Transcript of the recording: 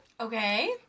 Okay